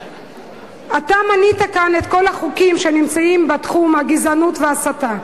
אתה מנית כאן את כל החוקים שנמצאים בתחום הגזענות וההסתה,